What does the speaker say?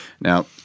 now